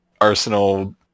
Arsenal